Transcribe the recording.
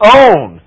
own